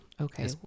Okay